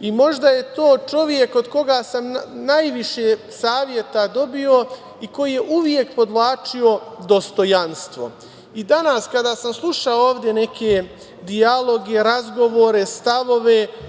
Možda je to čovek od koga sam najviše saveta dobio i koji je uvek podvlačio dostojanstvo. Danas kada sam slušao ovde neke dijaloge, razgovore, stavove,